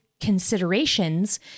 considerations